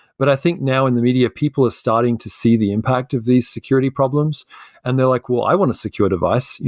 but i think now and the media people are starting to see the impact of these security problems and they're like, well, i want a secure device.